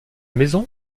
maison